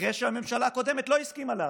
אחרי שהממשלה הקודמת לא הסכימה להעביר,